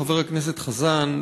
חבר הכנסת חזן,